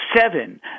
seven